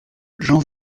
j’en